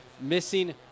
missing